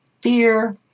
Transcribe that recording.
fear